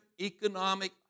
economic